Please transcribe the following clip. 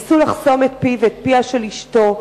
ניסו לחסום את פיו ואת פיה של אשתו,